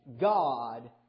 God